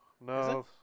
no